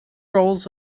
rolls